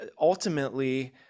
ultimately